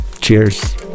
cheers